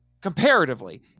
comparatively